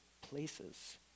places